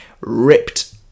ripped